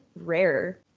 rare